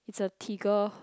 it's a tigger